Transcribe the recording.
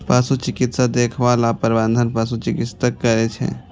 पशु चिकित्सा देखभाल आ प्रबंधन पशु चिकित्सक करै छै